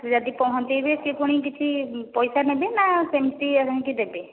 ଯଦି ପହଞ୍ଚେଇବେ ସିଏ ପୁଣି କିଛି ପଇସା ନେବେ ନା ସେମିତି ଆଣିକି ଦେବେ